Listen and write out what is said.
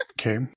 Okay